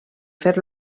fer